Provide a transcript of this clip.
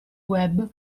web